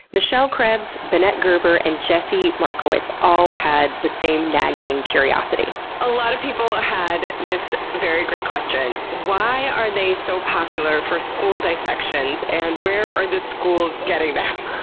michelle krebs, bennett gerber, and jesse markowitz all had the same nagging curiosity a lot of people had this very great question. why are they so popular for school dissections and where are the schools getting them?